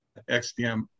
XDM